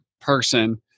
person